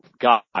God